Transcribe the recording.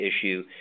issue